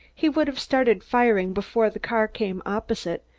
he would have started firing before the car came opposite,